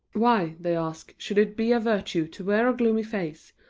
why, they ask, should it be a virtue to wear a gloomy face,